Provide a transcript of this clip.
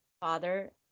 father